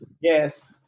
Yes